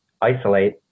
isolate